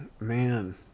man